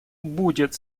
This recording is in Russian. будет